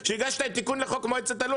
כשהגשת את התיקון לחוק מועצת הלול,